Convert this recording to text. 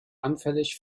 anfällig